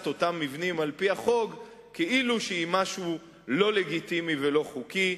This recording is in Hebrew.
אותם מבנים על-פי החוק כאילו היא משהו לא לגיטימי ולא חוקי,